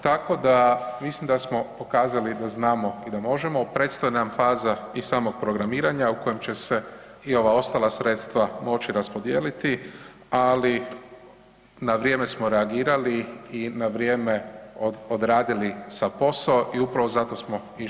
Tako da mislim da smo pokazali da znamo i da možemo, predstoji nam faza i samog programiranja u kojem će se i ova ostala sredstva moći raspodijeliti, ali na vrijeme smo reagirali i na vrijeme odradili sav posao i upravo zato smo išli u dva čitanja.